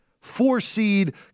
four-seed